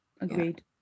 Agreed